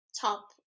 top